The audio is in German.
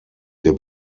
der